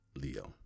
Leo